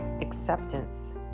Acceptance